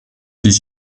des